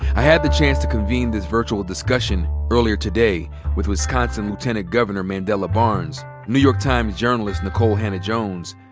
had the chance to convene this virtual discussion earlier today with wisconsin lieutenant governor mandela barnes, new york times journalist nikole hannah-jones,